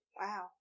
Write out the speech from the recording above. Wow